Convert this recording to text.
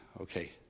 Okay